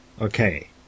Okay